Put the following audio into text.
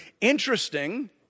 Interesting